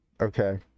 okay